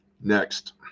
next